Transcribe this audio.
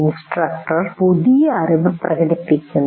instructor പുതിയ അറിവ് പ്രകടിപ്പിക്കുന്നു